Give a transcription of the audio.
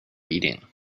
eating